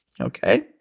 okay